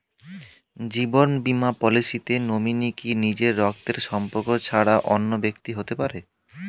জীবন বীমা পলিসিতে নমিনি কি নিজের রক্তের সম্পর্ক ছাড়া অন্য ব্যক্তি হতে পারে?